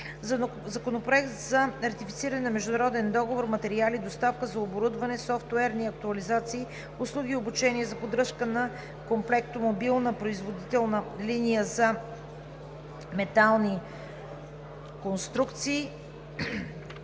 Законопроект за ратифициране на международен договор (LOA) BU-B-UCB „Материали, доставка на оборудване, софтуерни актуализации, услуги и обучение за поддръжка на Комплектомобилна производителна линия за метални конструкции“.